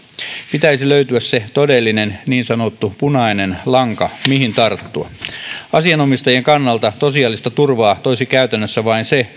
pitäisi löytyä se todellinen niin sanottu punainen lanka mihin tarttua asianomistajien kannalta tosiasiallista turvaa toisi käytännössä vain se